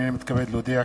הנני מתכבד להודיע,